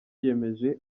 yiyemeje